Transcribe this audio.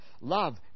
Love